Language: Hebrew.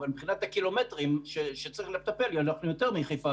אבל מבחינת הקילומטרים שצריך לטפל אנחנו יותר מחיפה,